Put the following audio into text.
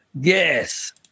Yes